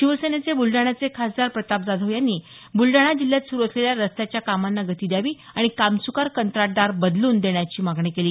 शिवसेनेचे ब्लडाण्याचे खासदार प्रताप जाधव यांनी बुलडाणा जिल्ह्यात सुरू असलेल्या रस्त्यांच्या कामांना गती द्यावी आणि कामच्कार कंत्राटदार बदलून देण्याची मागणी केली